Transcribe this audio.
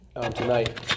tonight